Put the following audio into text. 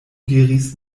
diris